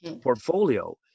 portfolio